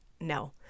No